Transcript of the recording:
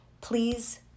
please